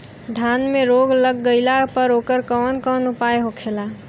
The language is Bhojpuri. धान में रोग लग गईला पर उकर कवन कवन उपाय होखेला?